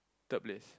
third place